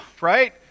right